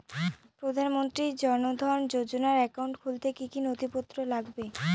প্রধানমন্ত্রী জন ধন যোজনার একাউন্ট খুলতে কি কি নথিপত্র লাগবে?